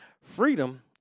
Freedom